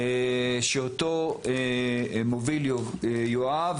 שאותו מוביל יואב,